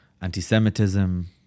anti-Semitism